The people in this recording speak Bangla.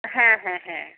হ্যাঁ হ্যাঁ হ্যাঁ